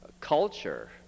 culture